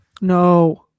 no